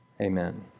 Amen